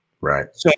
right